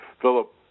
Philip